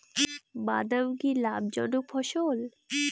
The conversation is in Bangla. বাদাম কি লাভ জনক ফসল?